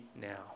now